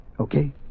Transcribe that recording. Okay